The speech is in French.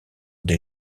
des